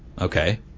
Okay